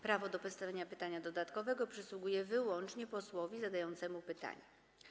Prawo do postawienia pytania dodatkowego przysługuje wyłącznie posłowi zadającemu pytanie.